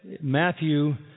Matthew